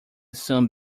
soon